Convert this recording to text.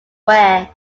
wear